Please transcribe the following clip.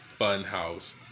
Funhouse